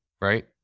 right